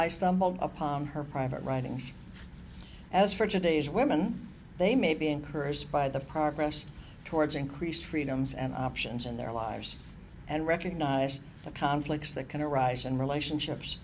i stumbled upon her private writings as for today's women they may be encouraged by the progress towards increased freedoms and options in their lives and recognize the conflicts that can arise in relationships